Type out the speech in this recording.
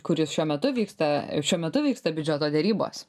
kuris šiuo metu vyksta šiuo metu vyksta biudžeto derybos